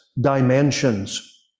dimensions